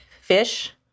fish